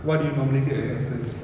what do you normally get at astons